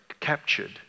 Captured